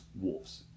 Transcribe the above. wolves